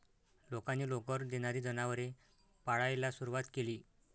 लोकांनी लोकर देणारी जनावरे पाळायला सुरवात केली